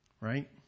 Right